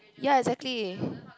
ya exactly